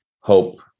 hope